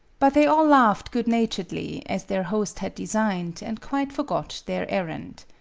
but they all laughed good-naturedly, as their host had designed, and quite forgot their errand.